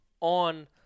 on